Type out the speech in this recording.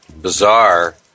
bizarre